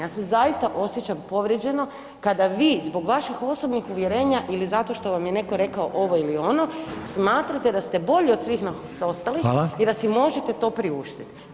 Ja se zaista osjećam povrijeđeno kada vi zbog vaših osobnih uvjerenja ili zato što vam je netko rekao ovo ili ono smatrate da ste bolji od svih nas ostalih [[Upadica: Hvala]] i da si možete to priuštit.